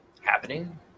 happening